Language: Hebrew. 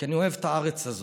כי אני אוהב את הארץ הזאת.